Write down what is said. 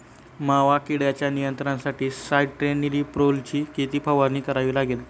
मावा किडीच्या नियंत्रणासाठी स्यान्ट्रेनिलीप्रोलची किती फवारणी करावी लागेल?